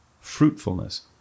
fruitfulness